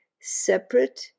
separate